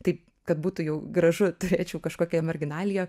taip kad būtų jau gražu turėčiau kažkokia marginalija